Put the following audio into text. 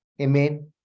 Amen